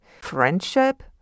friendship